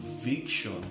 conviction